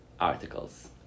articles